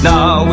Now